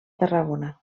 tarragona